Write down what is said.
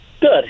Good